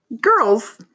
Girls